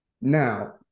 Now